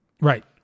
Right